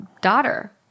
daughter